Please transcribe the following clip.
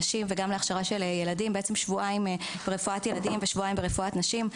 נשים ושל ילדים שבועיים ברפואת נשים ושבועיים ברפואת ילדים.